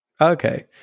okay